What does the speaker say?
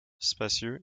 spacieux